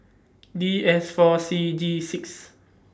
D S four C G six